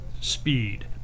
Speed